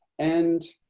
and